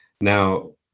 Now